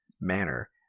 manner